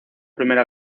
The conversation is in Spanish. primera